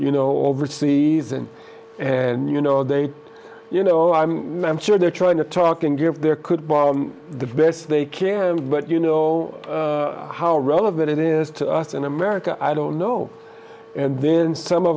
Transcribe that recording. you know overseas and and you know they you know i'm i'm sure they're trying to talk and give their could buy the best they can but you know how relevant it is to us in america i don't know and then some of